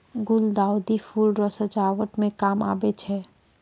गुलदाउदी फूल रो सजावट मे काम आबै छै